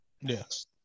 Yes